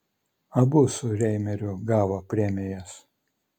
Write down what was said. abu su reimeriu gavo premijas